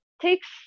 takes